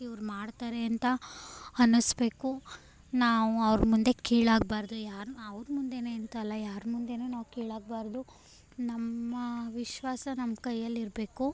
ಇವ್ರು ಮಾಡ್ತಾರೆ ಅಂತ ಅನ್ನಿಸ್ಬೇಕು ನಾವು ಅವ್ರ ಮುಂದೆ ಕೀಳಾಗಬಾರ್ದು ಯಾರು ಅವ್ರ ಮುಂದೆಯೇ ಅಂತಲ್ಲ ಯಾರ ಮುಂದೆಯೂ ನಾವು ಕೀಳಾಗಬಾರ್ದು ನಮ್ಮ ವಿಶ್ವಾಸ ನಮ್ಮ ಕೈಯಲ್ಲಿರಬೇಕು